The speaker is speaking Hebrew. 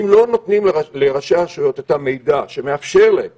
צריך לתת לראשי הרשויות את המידע שיאפשר להם